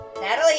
Natalie